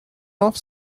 off